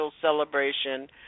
celebration